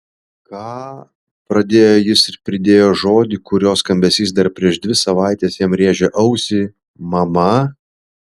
ką pradėjo jis ir pridėjo žodį kurio skambesys dar prieš dvi savaites jam rėžė ausį mama